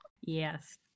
Yes